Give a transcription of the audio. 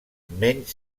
menys